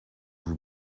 vous